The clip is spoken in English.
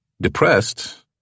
depressed